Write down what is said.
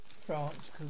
France